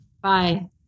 Bye